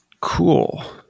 Cool